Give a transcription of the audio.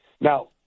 Now